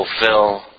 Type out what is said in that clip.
fulfill